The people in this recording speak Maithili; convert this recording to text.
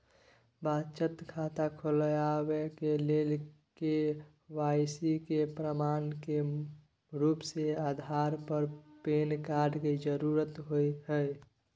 बचत खाता खोलाबय के लेल के.वाइ.सी के प्रमाण के रूप में आधार आर पैन कार्ड के जरुरत होय हय